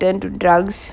turn to drugs